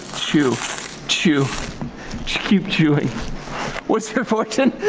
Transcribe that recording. to to skewing what's their fortune